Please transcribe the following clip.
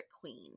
queen